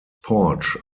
porch